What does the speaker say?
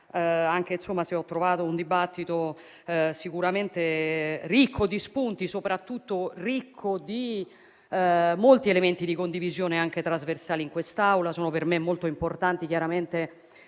anche se ho trovato un dibattito sicuramente ricco di spunti, soprattutto ricco di molti elementi di condivisione, anche trasversali, in quest'Aula, che sono per me molto importanti. Chiaramente